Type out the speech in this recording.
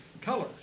color